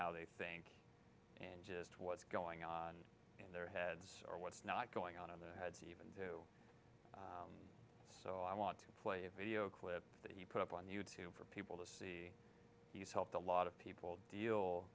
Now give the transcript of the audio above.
how they think and just what's going on in their heads or what's not going on in their heads even to so i want to play a video clip that he put up on you tube for people to see he's helped a lot of people deal